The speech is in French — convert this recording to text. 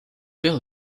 père